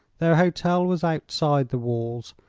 their hotel was outside the walls,